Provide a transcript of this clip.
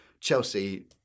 Chelsea